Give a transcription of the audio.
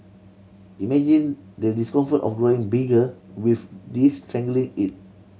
imagine the discomfort of growing bigger with this strangling it